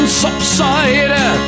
subside